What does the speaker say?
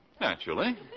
Naturally